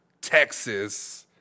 Texas